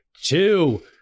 two